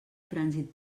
trànsit